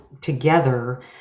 together